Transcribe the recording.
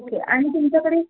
okay आणि तुमच्याकडे